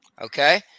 Okay